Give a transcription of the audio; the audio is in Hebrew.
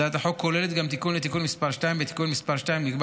הצעת החוק כוללת תיקון לתיקון מס' 2. בתיקון מס' 2 נקבע